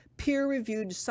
peer-reviewed